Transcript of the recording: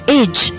age